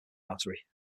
artery